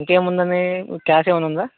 ఇంకేముందండీ cash ఏమైనా ఉందా